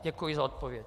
Děkuji za odpověď.